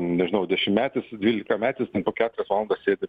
nežinau dešimetis dvylikametis ten po keturias valandas sėdi